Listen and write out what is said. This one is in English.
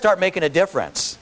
start making a difference